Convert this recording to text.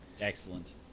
Excellent